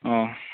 ꯑꯣ